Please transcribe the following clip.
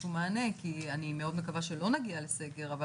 איזשהו מענה כי אני מאוד מקווה שלא נגיע לסגר אבל